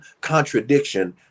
contradiction